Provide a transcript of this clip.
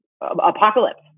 apocalypse